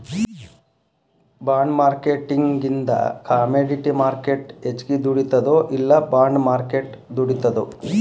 ಬಾಂಡ್ಮಾರ್ಕೆಟಿಂಗಿಂದಾ commodity market ಹೆಚ್ಗಿ ದುಡಿತದೊ ಇಲ್ಲಾ ಬಾಂಡ್ ಮಾರ್ಕೆಟ್ ದುಡಿತದೊ?